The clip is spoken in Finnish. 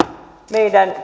meidän